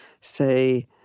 say